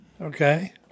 Okay